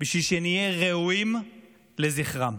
בשביל שנהיה ראויים לזכרם.